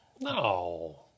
No